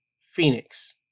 Phoenix